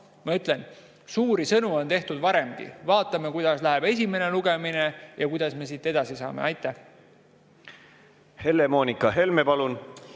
ma ütlen, suuri sõnu on tehtud varemgi. Vaatame, kuidas läheb esimene lugemine ja kuidas me siit edasi saame.